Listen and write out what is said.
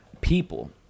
people